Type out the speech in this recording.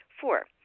Four